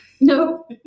No